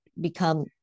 become